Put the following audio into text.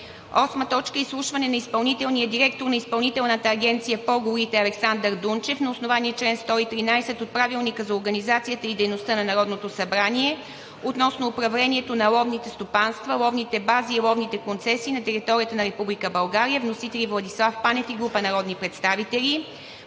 ЕАД. 8. Изслушване на изпълнителния директор на Изпълнителната агенция по горите Александър Дунчев на основание чл. 113 от Правилника за организацията и дейността на Народното събрание относно управлението на ловните стопанства, ловните бази и ловните концесии на територията на Република България. Вносители – Владислав Панев и група народни представители.